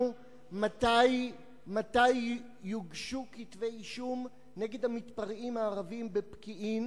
מתי יוגשו כתבי אישום נגד המתפרעים הערבים בפקיעין